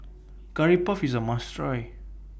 Curry Puff IS A must Try